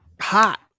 Hot